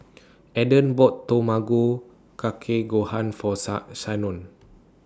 Eden bought Tamago Kake Gohan For Shanon